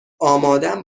آمادم